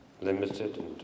limited